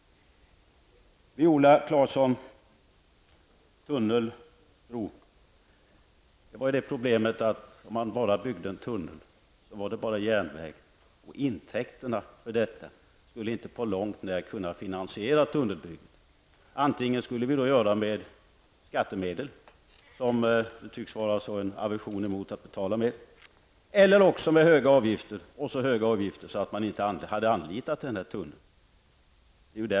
Viola Claesson talade om tunnel kontra bro. Det är bara det problemet att om man enbart byggde en tunnel, skulle det endast bli järnväg. Intäkterna för detta skulle inte på långt när kunna finansiera tunnelbygget. Antingen skulle vi få göra det med skattemedel, där det tycks finnas en stor aversion mot att betala med skatter, eller också med så höga avgifter att man inte använt denna tunnel.